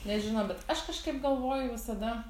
nežino bet aš kažkaip galvoju visada